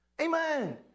Amen